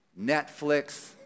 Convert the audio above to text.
Netflix